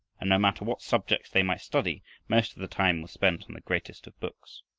and no matter what subjects they might study, most of the time was spent on the greatest of books.